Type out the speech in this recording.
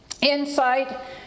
insight